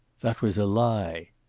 that was a lie.